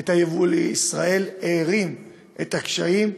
את הייבוא לישראל והערים קשיים,